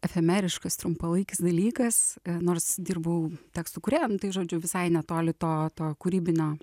efemeriškas trumpalaikis dalykas nors dirbau tekstų kūrėja nu tai žodžiu visai netoli to to kūrybinio